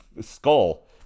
skull